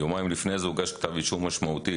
יומיים לפני זה הוגש כתב אישום משמעותי.